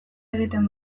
egiten